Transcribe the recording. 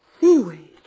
Seaweed